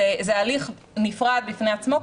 זה הליך נפרד בפני עצמו.